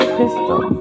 Crystal